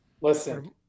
Listen